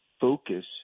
focus